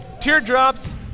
teardrops